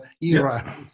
era